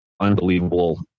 unbelievable